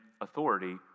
authority